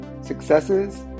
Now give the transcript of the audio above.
successes